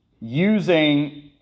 using